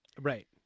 right